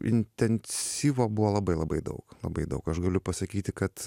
intensyvo buvo labai labai daug labai daug aš galiu pasakyti kad